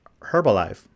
Herbalife